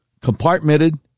compartmented